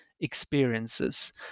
experiences